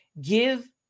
give